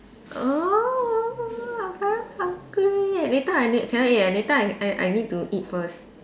I'm very hungry later I need cannot already later I I I need to eat first